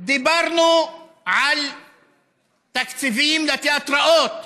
דיברנו על תקציבים לתיאטראות,